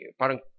parang